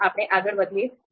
ચાલો આપણે આગળ વધીએ